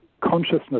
consciousness